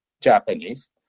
Japanese